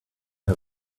her